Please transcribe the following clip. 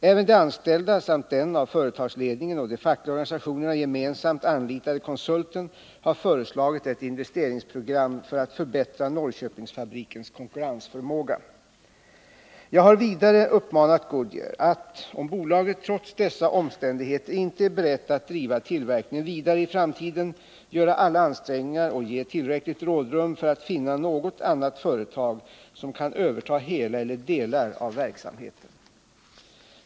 Aven de anställda samt den av företagsledningen och de fackliga organisationerna gemensamt anlitade konsulten har föreslagit ett investeringsprogram för att förbättra Norrköpingsfabrikens konkurrensförmåga. Jag har vidare uppmanat Goodyear att, om bolaget trots dessa omständigheter inte är berett att driva tillverkningen vidare i framtiden, göra alla ansträngningar och ge tillräckligt rådrum för att finna något annat företag som kan överta hela eller delar av verksamheten.